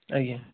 ଆଜ୍ଞା